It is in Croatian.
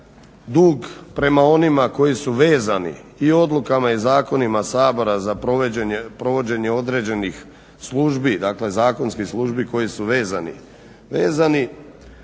dug prema onima koji su vezani i odlukama i zakonima Sabora za provođenje određenih službi, dakle zakonskih službi koji su vezani.